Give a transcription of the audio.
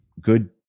good